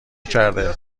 کرده